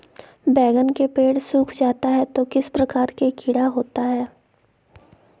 बैगन के पेड़ सूख जाता है तो किस प्रकार के कीड़ा होता है?